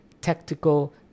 tactical